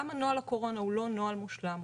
גם נוהל הקורונה הוא לא נוהל מושלם.